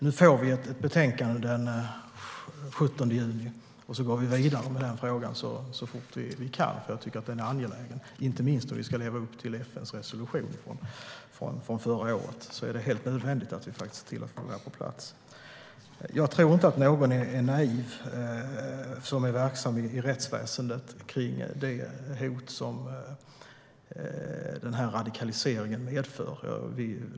Vi får ett betänkande den 17 juni och går vidare med frågan så fort vi kan. Jag tycker att den är angelägen, inte minst om vi ska leva upp till FN:s resolution från förra året. Då är det helt nödvändigt att vi ser till att få det här på plats. Jag tror inte att någon som är verksam i rättsväsendet är naiv i fråga om det hot som radikaliseringen medför.